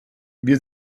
wir